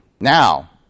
Now